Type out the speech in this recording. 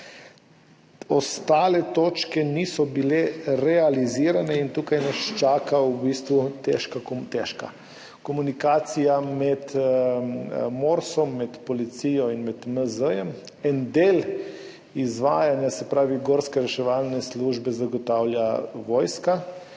Ostale točke niso bile realizirane in tukaj nas čaka v bistvu težka komunikacija med MORS, med policijo in med MZ. En del izvajanja, se pravi gorsko reševalno službo, zagotavlja vojska